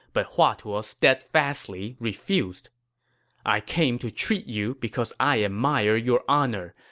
but hua tuo ah steadfastly refused i came to treat you because i admire your honor.